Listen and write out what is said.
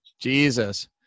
Jesus